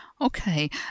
Okay